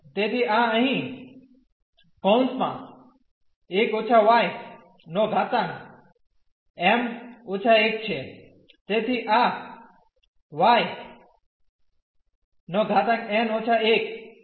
તેથી આ અહીં 1− y m−1 છે તેથી આ yn−1 છે